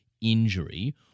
injury